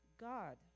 God